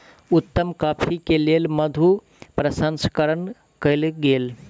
उत्तम कॉफ़ी के लेल मधु प्रसंस्करण कयल गेल